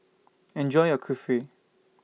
Enjoy your Kulfi